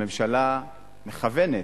הממשלה מכוונת,